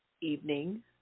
evening